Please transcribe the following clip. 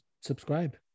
subscribe